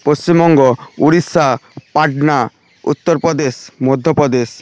Paschimbanga Orissa Patna Uttar Pradesh Madhya Pradesh